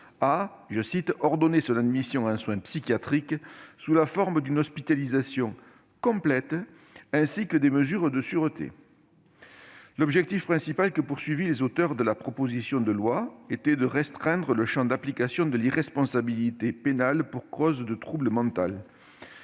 juridiction a « ordonné son admission en soins psychiatriques sous la forme d'une hospitalisation complète ainsi que des mesures de sûreté ». L'objectif principal des auteurs de cette proposition de loi était de restreindre le champ d'application de l'irresponsabilité pénale pour cause de trouble mental.